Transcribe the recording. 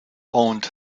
owned